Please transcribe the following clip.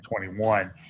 2021